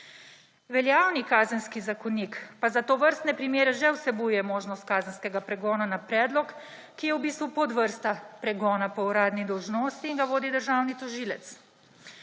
Veljavni Kazenski zakonik pa za tovrstne primere že vsebuje možnost kazenskega pregona na predlog, ki je v bistvu podvrsta pregona po uradni dolžnosti in ga vodi državni tožilec.